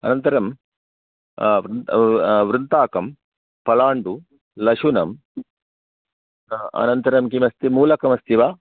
अनन्तरं वृन्ताकम् पलण्डु लशुनम् अनन्तरं किमस्ति मूलकमस्ति वा